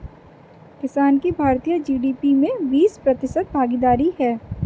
किसान की भारतीय जी.डी.पी में बीस प्रतिशत भागीदारी है